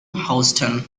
houston